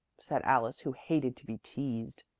said alice who hated to be teased.